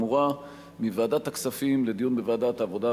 האמורה מוועדת הכספים לדיון בוועדת העבודה,